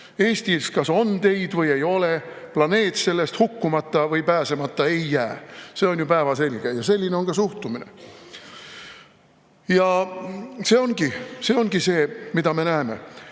Eestis kas on teid või ei ole, planeet sellest hukkumata või pääsemata ei jää, see on ju päevselge. Selline on ka suhtumine. Ja see ongi see, mida me näeme. Tuleme